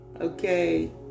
okay